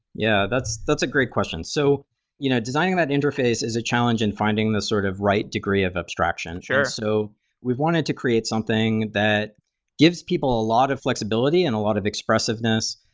yeah, that's that's a great question. so you know designing that interface is a challenge in finding the sort of right degree of abstraction. so we wanted to create something that gives people a lot of flexibility and a lot of expressiveness,